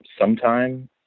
sometime